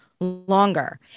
longer